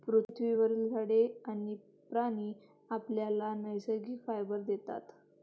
पृथ्वीवरील झाडे आणि प्राणी आपल्याला नैसर्गिक फायबर देतात